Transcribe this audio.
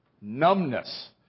Numbness